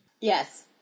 Yes